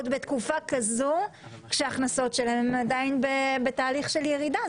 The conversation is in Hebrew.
ועוד בתקופה כזו כשההכנסות שלהם עדיין בתהליך ירידה.